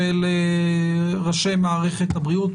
של ראשי מערכת הבריאות,